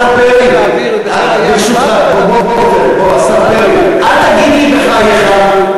השר פרי, ברשותך, אל תגיד לי "בחייך".